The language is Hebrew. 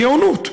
גאונות,